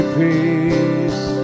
peace